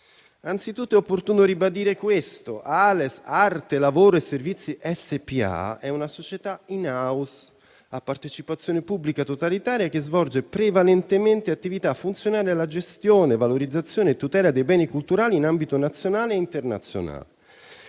Anzitutto è opportuno ribadire questo: Ales - Arte, Lavoro e Servizi SpA è una società *in house* a partecipazione pubblica totalitaria che svolge prevalentemente attività funzionali alla gestione, valorizzazione e tutela dei beni culturali in ambito nazionale e internazionale.